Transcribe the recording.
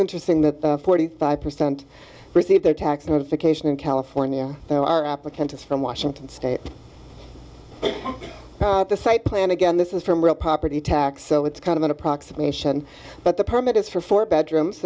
interesting that forty five percent received their tax notification in california are applicants from washington state the site plan again this is from real property tax so it's kind of an approximation but the permit is for four bedrooms